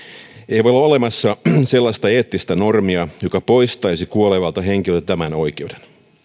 ei voi olla olemassa sellaista eettistä normia joka poistaisi kuolevalta henkilöltä tämän oikeuden